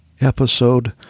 episode